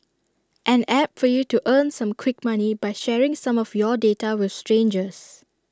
an app for you to earn some quick money by sharing some of your data with strangers